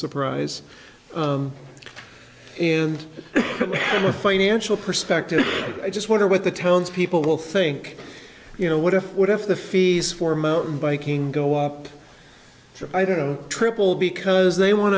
surprise and a financial perspective i just wonder what the townspeople will think you know what if what if the fees for mountain biking go up i don't know triple because they want